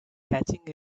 catching